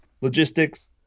logistics